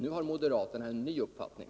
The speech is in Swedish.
Nu har moderaterna en ny uppfattning.